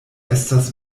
estas